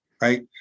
right